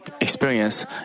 experience